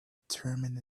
determine